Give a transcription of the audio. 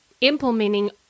implementing